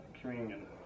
communion